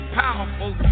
powerful